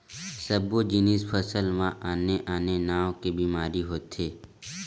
सब्बो जिनिस फसल म आने आने नाव के बेमारी होथे